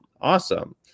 awesome